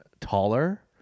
taller